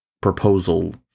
proposal